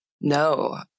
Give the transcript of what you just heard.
No